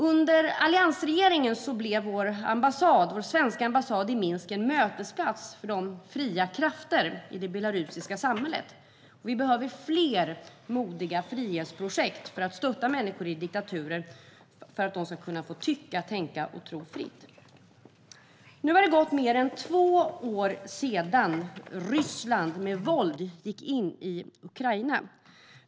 Under alliansregeringen blev den svenska ambassaden i Minsk en mötesplats för fria krafter i det belarusiska samhället. Vi behöver fler modiga frihetsprojekt för att stötta människor i diktaturer så att de ska kunna få tycka, tänka och tro fritt. Nu har det gått mer än två år sedan Ryssland med våld gick in i Ukraina.